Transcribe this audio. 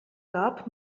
gab